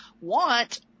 want